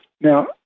Now